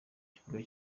kibuga